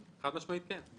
חד משמעית כן.